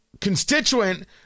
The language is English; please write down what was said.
constituent